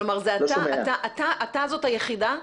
כלומר אתה זאת היחידה?